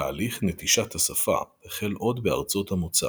תהליך נטישת השפה החל עוד בארצות המוצא,